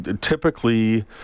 Typically